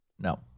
No